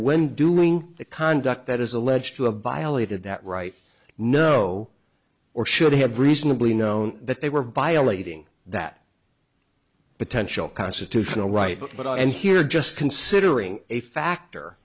when doing the conduct that is alleged to have violated that right know or should have reasonably known that they were violating that potential constitutional right but but and here just considering a factor